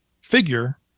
figure